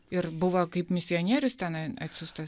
ir buvo kaip misionierius tenai atsiųstas